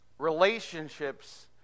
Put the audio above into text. relationships